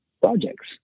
projects